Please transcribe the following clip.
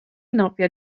nofio